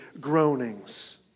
groanings